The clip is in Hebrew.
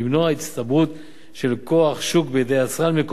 הצטברות כל כוח שוק בידי יצרן מקומי